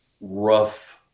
rough